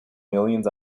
millions